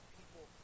people